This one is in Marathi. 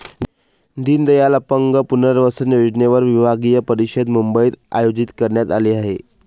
दीनदयाल अपंग पुनर्वसन योजनेवर विभागीय परिषद मुंबईत आयोजित करण्यात आली आहे